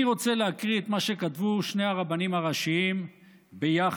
אני רוצה להקריא את מה שכתבו שני הרבנים הראשיים ביחד,